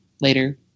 later